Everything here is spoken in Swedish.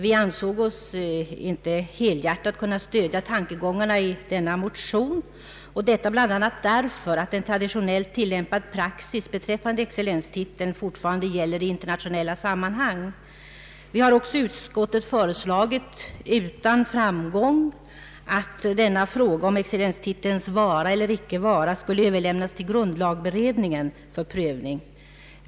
Vi ansåg oss inte helhjärtat kunna stödja tankegångarna i denna motion, bl.a. därför att en traditionellt tillämpad praxis beträffande excellenstiteln fortfarande gäller i internationella sammanhang. Vi har också i utskottet föreslagit, utan framgång, att denna fråga om excellenstitelns vara eller icke vara skulle överlämnas till grundlagberedningen för prövning.